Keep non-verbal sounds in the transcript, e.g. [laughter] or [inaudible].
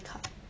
[noise]